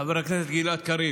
חבר הכנסת גלעד קריב,